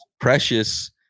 Precious